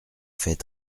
fait